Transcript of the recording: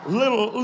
little